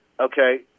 Okay